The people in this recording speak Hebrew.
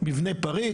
מבנה פריק,